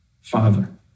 Father